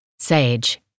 Sage